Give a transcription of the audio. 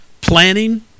planning